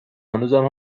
هنوزم